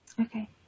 Okay